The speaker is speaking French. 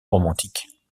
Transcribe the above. romantique